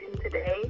today